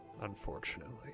unfortunately